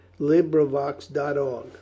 LibriVox.org